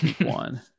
one